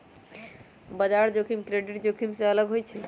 बजार जोखिम क्रेडिट जोखिम से अलग होइ छइ